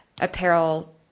apparel